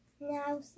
Now